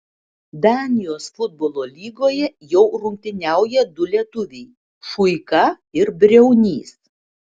danijos futbolo lygoje jau rungtyniauja du lietuviai šuika ir briaunys